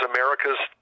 America's